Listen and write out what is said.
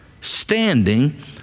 standing